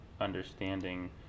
understanding